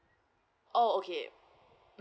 oh okay